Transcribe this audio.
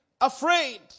afraid